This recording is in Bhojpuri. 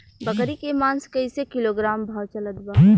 बकरी के मांस कईसे किलोग्राम भाव चलत बा?